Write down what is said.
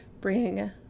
bring